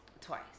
Twice